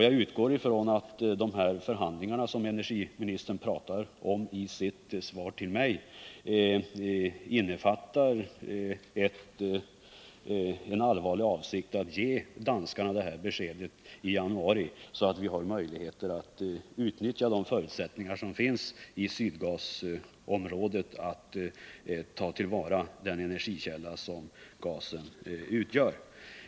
Jag utgår från att de förhandlingar som energiministern nämner i sitt svar till mig innefattar en allvarlig avsikt att ge danskarna besked i januari, så att vi har möjligheter att utnyttja de förutsättningar som finns i Sydgasområdet och ta till vara den energikälla som gasen utgör.